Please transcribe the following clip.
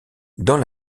dans